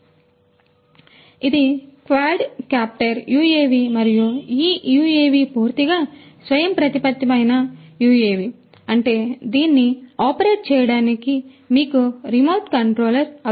మరియు కాబట్టి ఇది క్వాడ్కాప్టర్ UAV మరియు ఈ UAV పూర్తిగా స్వయంప్రతిపత్తమైన UAV అంటే దీన్ని ఆపరేట్ చేయడానికి మీకు రిమోట్ కంట్రోల్ అవసరం లేదు